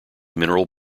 mineral